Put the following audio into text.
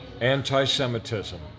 anti-Semitism